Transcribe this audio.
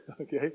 okay